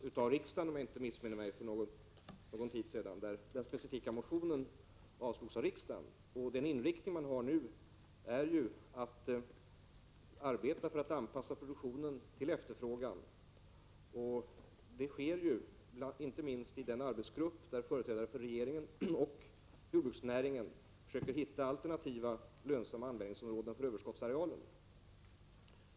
Herr talman! Den frågan behandlades för någon tid sedan, om jag inte missminner mig, när riksdagen avslog den specifika motionen. Den inriktning man har nu är att anpassa produktionen till efterfrågan. Det sker inte minst i den arbetsgrupp där företrädare för regeringen och jordbruket försöker hitta alternativa, lönsamma användningar av överskottsarealer.